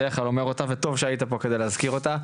שאני בדרך כלל אומר אותה וטוב שהיית פה כדי להזכיר אותה,